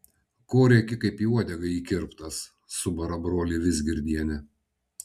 ko rėki kaip į uodegą įkirptas subara brolį vizgirdienė